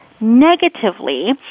negatively